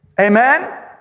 Amen